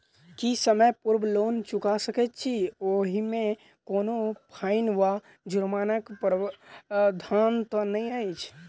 की समय पूर्व लोन चुका सकैत छी ओहिमे कोनो फाईन वा जुर्मानाक प्रावधान तऽ नहि अछि?